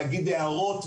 להגיד הערות,